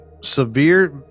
severe